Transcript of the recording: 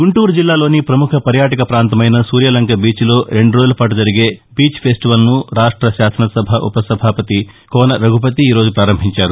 గుంటూరు జిల్లాలోని ప్రముఖ పర్యాటక పాంతమైన సూర్యలంక బీచ్లో రెండు రోజులపాటు జరిగే బీచ్ ఫెస్టివల్ను రాష్ట శాసన సభ ఉపసభాపతి కోన రఘుపతి ఈ రోజు ప్రారంభించారు